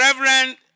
Reverend